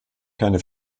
keine